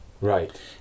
right